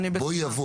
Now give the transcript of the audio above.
אני בטוחה.